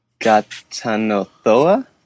Gatanothoa